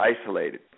isolated